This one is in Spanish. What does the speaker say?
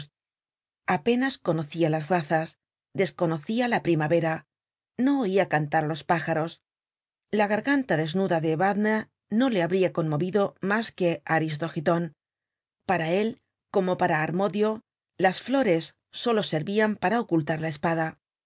apenas conocia las razas desconocia la primavera no oia cantar á los pájaros la garganta desnuda de evadne no le habria conmovido mas que á aristogiton para él como para armodio las flores solo servian para ocultar la espada